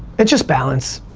it's just balance.